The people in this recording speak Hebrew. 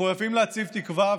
מחויבים להציב תקווה,